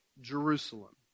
Jerusalem